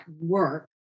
work